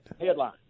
Headline